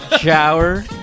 shower